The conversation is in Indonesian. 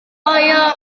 ayah